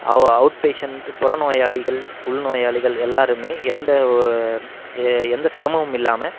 அவ் அவுட்பேஷண்ட்டு புறநோயாளிகள் உள்நோயாளிகள் எல்லோருமே எந்த எ எந்த சிரமமும் இல்லாமல்